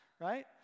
right